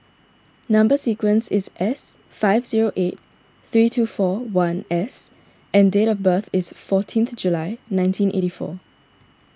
Number Sequence is S five zero eight three two four one S and date of birth is fourteenth July nineteen eighty four